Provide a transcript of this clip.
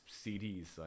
CDs